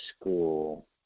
school